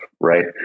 right